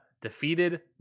defeated